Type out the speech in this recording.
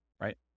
right